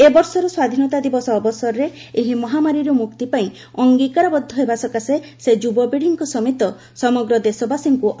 ଏବର୍ଷର ସ୍ୱାଧୀନତା ଦିବସ ଅବସରରେ ଏହି ମହାମାରୀରୁ ମୁକ୍ତି ପାଇଁ ଅଙ୍ଗୀକାରବଦ୍ଧ ହେବା ସକାଶେ ସେ ଯୁବାପିଢ଼ିଙ୍କ ସମେତ ସମଗ୍ର ଦେଶବାସୀଙ୍କୁ ଆହ୍ୱାନ କରିଛନ୍ତି